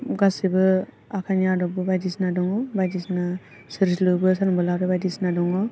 गासैबो आखायनि आदबबो बायदिसिना दङ बायदिसिना सोरजिलु बोसोन बोला बायदिसिना दङ